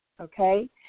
okay